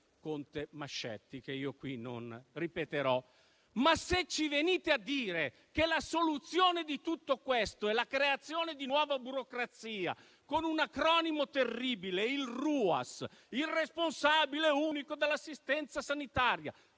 conte Mascetti, che io qui non ripeterò. Tuttavia ci venite a dire che la soluzione di tutto questo è la creazione di nuova burocrazia, con un acronimo terribile, il responsabile unico dell'assistenza sanitaria